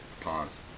pause